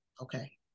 Okay